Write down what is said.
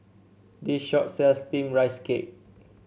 this shop sells steamed Rice Cake